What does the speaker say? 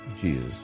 Jesus